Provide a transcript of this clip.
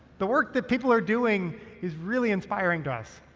the work that people are doing is really inspiring to us.